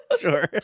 Sure